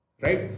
Right